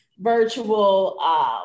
virtual